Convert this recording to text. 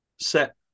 set